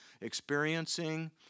experiencing